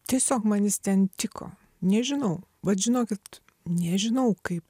tiesiog man jis ten tiko nežinau vat žinokit nežinau kaip